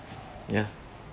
ya